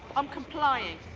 i'm complying.